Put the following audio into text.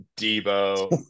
Debo